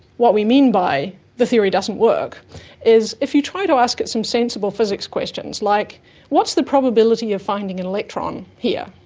what we mean by the theory doesn't work is if you try to ask it some sensible physics questions like what's the probability of finding an electron here,